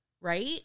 Right